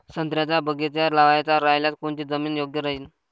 संत्र्याचा बगीचा लावायचा रायल्यास कोनची जमीन योग्य राहीन?